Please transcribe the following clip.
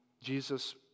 Jesus